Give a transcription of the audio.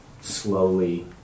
slowly